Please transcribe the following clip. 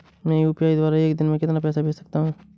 मैं यू.पी.आई द्वारा एक दिन में कितना पैसा भेज सकता हूँ?